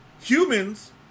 humans